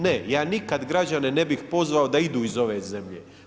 Ne, ja nikad građane ne bih pozvao da idu iz ove zemlje.